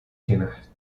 chinas